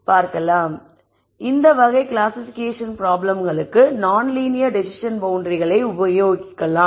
எனவே இந்த வகை கிளாசிபிகேஷன் ப்ராப்ளம்களுக்கு நான் லீனியர் டெஸிஸன் பவுண்டரிகளை உபயோகிக்கலாம்